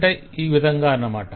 ఆ విధంగా అన్నమాట